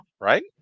right